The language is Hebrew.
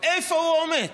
ההתנצלות